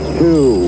two